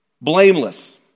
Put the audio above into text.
Blameless